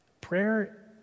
prayer